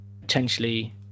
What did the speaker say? potentially